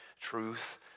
truth